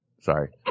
Sorry